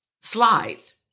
Slides